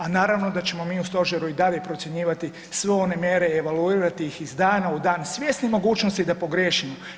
A naravno da ćemo mi u stožeru i dalje procjenjivati sve one mjere evaluirati ih iz dana u dan svjesni mogućnosti da pogriješimo.